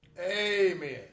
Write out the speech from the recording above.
Amen